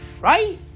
Right